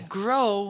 grow